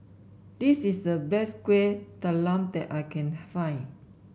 this is the best Kuih Talam that I can find